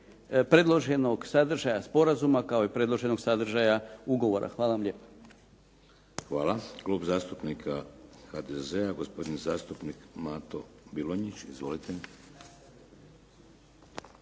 predloženog sadržaja sporazuma, kao i predloženog sadržaja ugovora. Hvala vam lijepa. **Šeks, Vladimir (HDZ)** Hvala. Klub zastupnika HDZ-a, gospodin zastupnik Mato Bilonjić. Izvolite.